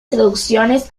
traducciones